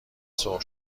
سرخ